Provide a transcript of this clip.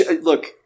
Look